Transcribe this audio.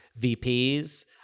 VPs